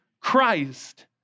Christ